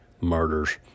murders